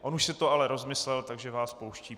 On už si to ale rozmyslel, takže vás pouští.